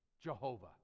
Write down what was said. Jehovah